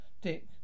Dick